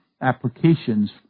applications